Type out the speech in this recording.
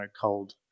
cold